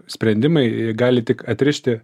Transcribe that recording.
sprendimai gali tik atrišti